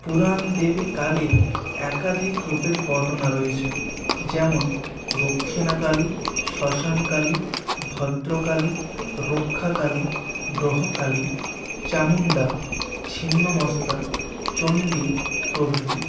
পুরাণ দেবী কালীর একাধিক রুপের বর্ণনা রয়েছে যেমন দক্ষিণা কালী শ্মশান কালী ভদ্র কালী রক্ষা কালী গ্রহ কালী চামুন্ডা ছিন্নমস্তা চণ্ডী প্রভৃতি